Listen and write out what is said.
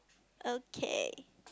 okay